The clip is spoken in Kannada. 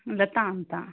ಲತಾ ಅಂತ